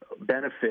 benefit